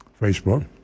Facebook